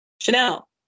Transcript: Chanel